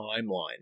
timeline